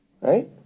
Right